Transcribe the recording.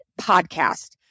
podcast